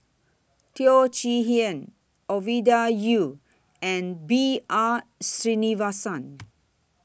Teo Chee Hean Ovidia Yu and B R Sreenivasan